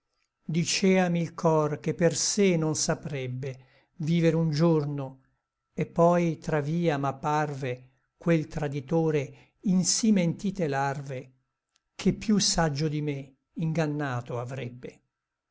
diceami il cor che per sé non saprebbe viver un giorno et poi tra via m'apparve quel traditore in sí mentite larve che piú saggio di me inganato avrebbe